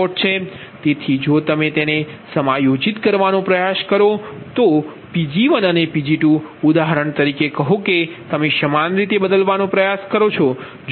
તેથી જો તમે તેને સમાયોજિત કરવાનો પ્રયાસ કરો તો Pg1 અને Pg2 ઉદાહરણ તરીકે કહો કે તમે સમાન રીતે બદલવાનો પ્રયાસ કરો છો